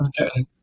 Okay